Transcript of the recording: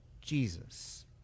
Jesus